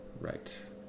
right